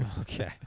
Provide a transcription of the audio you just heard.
Okay